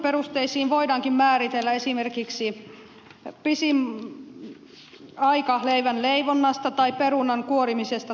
hankintaperusteisiin voidaankin määritellä esimerkiksi pisin aika leivän leivonnasta tai perunan kuorimisesta toimittamiseen